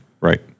Right